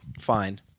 Fine